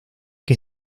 que